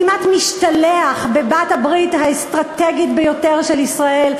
כמעט משתלח בבעלת הברית האסטרטגית ביותר של ישראל,